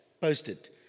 posted